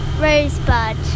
Rosebud